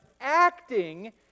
acting